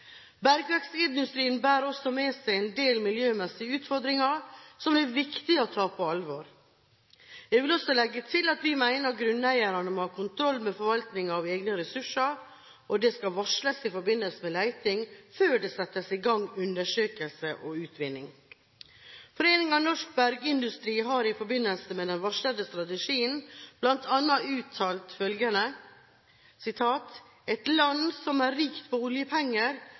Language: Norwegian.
Bergverksindustrien bærer også med seg en del miljømessige utfordringer, som det er viktig å ta på alvor. Jeg vil også legge til at vi mener grunneierne må ha kontroll med forvaltningen av egne ressurser, og det skal varsles i forbindelse med leting før det settes i gang undersøkelser og utvinning. Foreningen Norsk Bergindustri har i forbindelse med den varslede strategien bl.a. uttalt følgende: «Et land som er rikt på oljepenger,